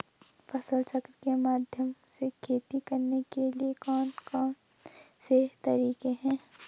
फसल चक्र के माध्यम से खेती करने के लिए कौन कौन से तरीके हैं?